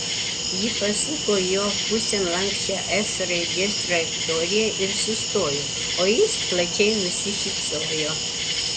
ji pasuko jo pusėn lanksčia s raidės trajektorija ir sustojo o jis plačiai nusišypsojo